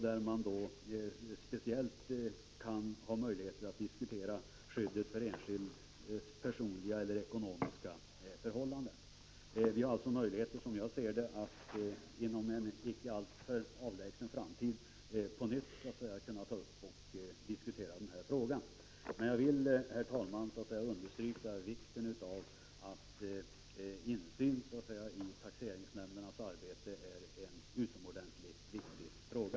Där kan det finnas möjligheter att särskilt diskutera skyddet av enskildas personliga eller ekonomiska förhållande. Jag vill, herr talman, understryka vikten av att insyn i taxeringsnämndernas arbete är en utomordentligt viktig fråga.